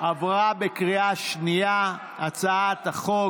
עברה בקריאה שנייה הצעת החוק.